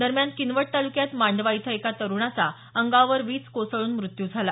दरम्यान किनवट ताल्क्यात मांडवा इथं एका तरुणाचा अंगावर वीज कोसळून मृत्यू झाला